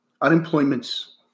Unemployment's